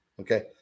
okay